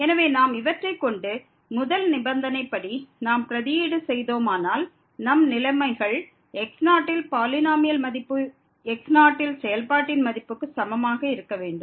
எனவே நாம் இவற்றைக் கொண்டு முதல் நிபந்தனைப்படி நாம் பிரதியீடு செய்தோமானால் நம்நிலைமைகள் x0 ல் பாலினோமியல் மதிப்பு x0 ல் செயல்பாட்டின் மதிப்புக்கு சமமாக இருக்க வேண்டும்